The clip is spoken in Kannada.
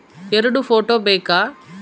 ಎರಡು ಫೋಟೋ ಬೇಕಾ?